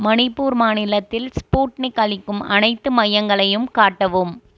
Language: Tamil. மணிப்பூர் மாநிலத்தில் ஸ்புட்னிக் அளிக்கும் அனைத்து மையங்களையும் காட்டவும்